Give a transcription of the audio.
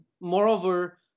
moreover